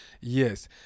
Yes